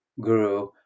guru